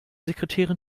sekretärin